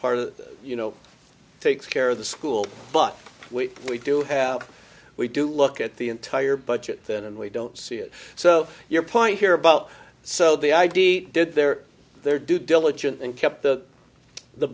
part of this you know takes care of the school but we we do have we do look at the entire budget then and we don't see it so your point here about so the idea did their their due diligence and kept the the